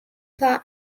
car